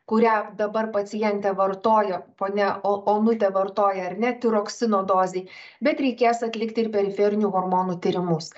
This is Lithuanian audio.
kurią dabar pacientė vartojo ponia o onutė vartoja ar ne tiroksino dozei bet reikės atlikti ir periferinių hormonų tyrimus